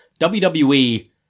WWE